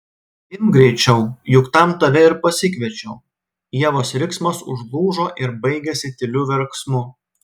imk greičiau juk tam tave ir pasikviečiau ievos riksmas užlūžo ir baigėsi tyliu verksmu